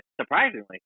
surprisingly